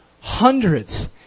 hundreds